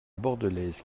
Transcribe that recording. bordelaise